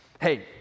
hey